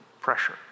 pressure